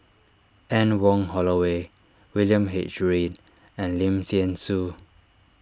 Anne Wong Holloway William H Read and Lim thean Soo